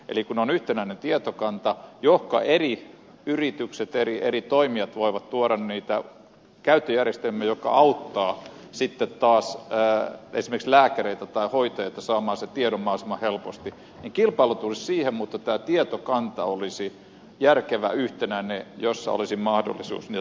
eli kun on yhtenäinen tietokanta johonka eri yritykset ja eri toimijat voivat tuoda niitä käyttöjärjestelmiä jotka auttavat sitten taas esimerkiksi lääkäreitä tai hoitajia saamaan sen tiedon mahdollisimman helposti niin kilpailu tulisi siihen mutta tämä tietokanta olisi järkevä yhtenäinen ja siinä olisi mahdollisuus niitä sovellutuksia käyttää